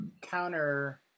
counter